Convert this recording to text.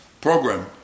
program